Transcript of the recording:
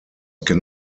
can